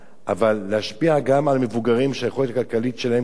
אבל להשפיע גם על מבוגרים שהיכולת הכלכלית שלהם קשה,